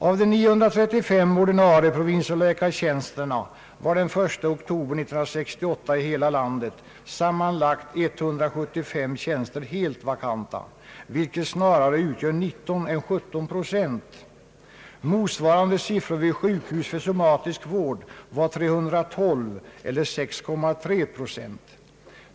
Av de 935 ordinarie provinsialläkartjänsterna var den 1 oktober 1968 i hela landet sammanlagt 175 tjänster helt vakanta, vilket utgör 19 procent snarare än 17. Motsvarande siffror vid sjukhus för somatisk vård var 312, eller 6,3 procent.